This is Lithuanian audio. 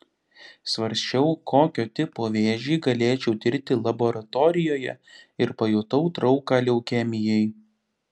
svarsčiau kokio tipo vėžį galėčiau tirti laboratorijoje ir pajutau trauką leukemijai